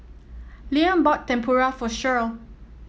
Liam bought Tempura for Shirl